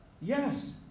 Yes